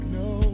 no